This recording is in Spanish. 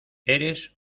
eres